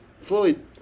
Floyd